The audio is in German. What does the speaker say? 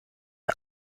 der